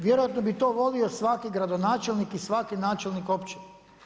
Vjerojatno bi to volio svaki gradonačelnik i svaki načelnik općine.